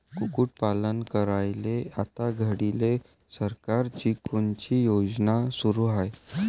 कुक्कुटपालन करायले आता घडीले सरकारची कोनची योजना सुरू हाये का?